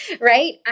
right